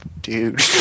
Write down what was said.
dude